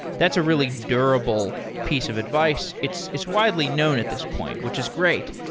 that's a really durable piece of advice. it's it's widely known at this point, which is great.